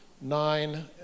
nine